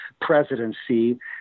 presidency